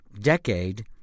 decade